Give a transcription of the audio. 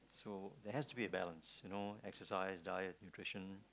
so there has to be a balance you know exercise diet nutrition